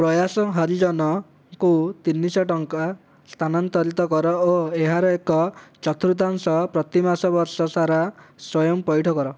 ପ୍ରୟାସ ହରିଜନଙ୍କୁ ତିନି ଶହ ଟଙ୍କା ସ୍ଥାନାନ୍ତରିତ କର ଓ ଏହାର ଏକ ଚତୁର୍ଥାଂଶ ପ୍ରତିମାସ ବର୍ଷ ସାରା ସ୍ଵୟଂ ପଇଠ କର